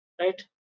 right